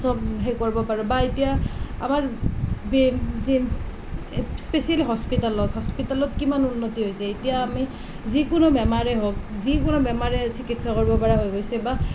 হেৰি কৰিব পাৰোঁ বা এতিয়া আমাৰ স্পেচিয়েলি হস্পিতেলত হস্পিতেলত কিমান উন্নতি হৈছে এতিয়া আমি যিকোনো বেমাৰেই হওক যিকোনো বেমাৰেই চিকিৎসা কৰিব পৰা হৈ গৈছে বা